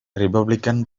republican